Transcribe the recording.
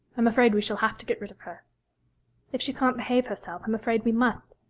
i'm afraid we shall have to get rid of her if she can't behave herself, i'm afraid we must.